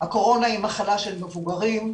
הקורונה היא מחלה של מבוגרים,